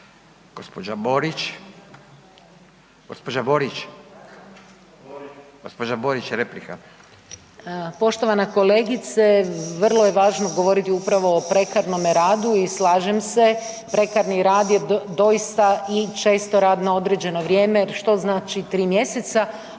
gđa. Borić, gđa. Borić replika. **Borić, Rada (NL)** Poštovana kolegice, vrlo je važno govoriti upravo o prekarnome radu i slažem se prekarni rad je doista i često rad na određeno vrijeme, što znači 3 mjeseca